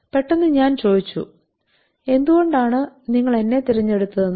പെട്ടെന്ന് ഞാൻ ചോദിച്ചു എന്തുകൊണ്ടാണ് നിങ്ങൾ എന്നെ തിരഞ്ഞെടുത്തതെന്ന്